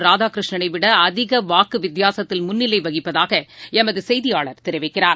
ராதாகிருஷ்ணனை விட அதிக வாக்கு வித்தியாசத்தில் முன்னிலை வகிப்பதாக எமது செய்தியாளர் தெரிவிக்கிறார்